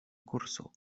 kurso